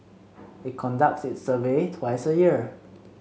it conducts its survey twice a year